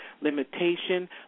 limitation